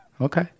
okay